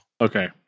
Okay